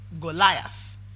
Goliath